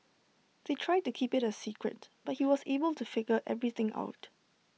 they tried to keep IT A secret but he was able to figure everything out